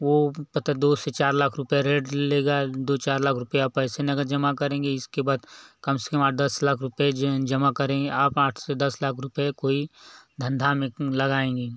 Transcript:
वो पता दो से चार लाख रुपया रेट लेगा दो चार लाख रुपया आप पैसे नगद जमा करेंगे इसके बाद कम से कम आठ दस लाख रुपये जो हैं जमा करेंगे आप आठ से दस लाख रुपये कोई धंधा में लगाएंगे